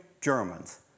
Germans